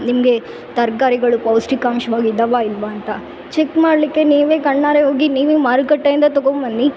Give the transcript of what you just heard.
ನಿಮಗೆ ತರ್ಕಾರಿಗಳು ಪೌಷ್ಟಿಕಾಂಶವಾಗಿ ಇದಾವ ಇಲ್ವ ಅಂತ ಚೆಕ್ ಮಾಡಲಿಕ್ಕೆ ನೀವೇ ಕಣ್ಣಾರೆ ಹೋಗಿ ನೀವು ಮಾರುಕಟ್ಟೆಯಿಂದ ತಗೊಮ್ ಬನ್ನಿ